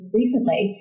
recently